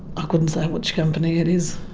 i couldn't say which company it is.